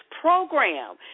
Program